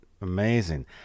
amazing